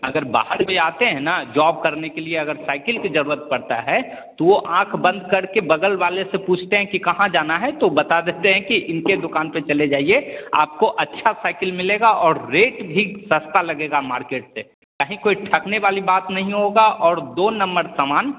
अगर बाहर भी आते हैं ना जॉब करने के लिए अगर साइकिल की जरूरत पड़ता है तो वो आँख बंद करके बगल वाले से पूछते हैं कि कहाँ जाना है तो बता देते हैं कि इनके दुकान पे चले जाइए आपको अच्छा साइकिल मिलेगा और रेट भी सस्ता लगेगा मार्केट से कहीं कोई ठगने वाली बात नहीं होगा और दो नंमर समान